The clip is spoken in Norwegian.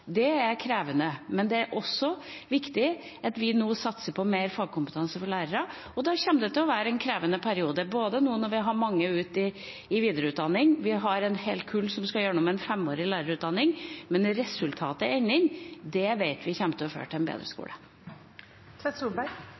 er krevende. Men det er også viktig at vi nå satser på mer fagkompetanse for lærere, og da kommer det til å være en krevende periode når vi nå har mange ute i videreutdanning og har et helt kull som skal gjennom en femårig lærerutdanning. Men resultatet i enden vet vi kommer til å føre til en bedre